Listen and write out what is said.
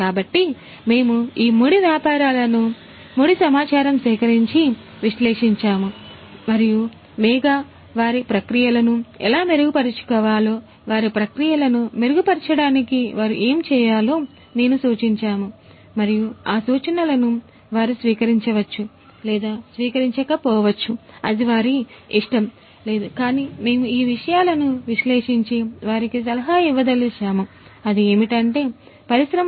కాబట్టి మేము ఈ ముడి వ్యాపారాలను మేము ముడి సమాచారం సేకరించి విశ్లేషించాము మరియు మేము వారి ప్రక్రియలను ఎలా మెరుగుపరుచుకోవాలో వారి ప్రక్రియలను మెరుగుపరచడానికి వారు ఏమి చేయాలో నేను సూచించాము మరియు ఆ సూచనలను వారు స్వీకరించవచ్చు లేదా స్వీకరించక పోవచ్చు అది వారి ఇష్టం లేదు కానీ మేము ఈ విషయాలను విశ్లేషించి వారికి సలహా ఇవ్వదళిచాము అది ఏమిటంటే పరిశ్రమ 4